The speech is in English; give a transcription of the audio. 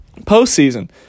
postseason